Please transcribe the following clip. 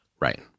Right